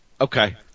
Okay